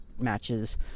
matches